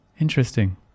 Interesting